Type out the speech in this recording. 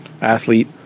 Athlete